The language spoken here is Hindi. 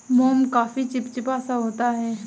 मोम काफी चिपचिपा सा होता है